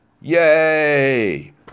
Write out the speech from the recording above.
Yay